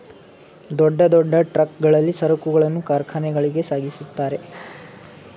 ದೊಡ್ಡ ದೊಡ್ಡ ಟ್ರಕ್ ಗಳಲ್ಲಿ ಸರಕುಗಳನ್ನು ಕಾರ್ಖಾನೆಗಳಿಗೆ ಸಾಗಿಸುತ್ತಾರೆ